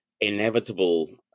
inevitable